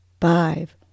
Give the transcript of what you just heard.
five